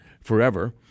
forever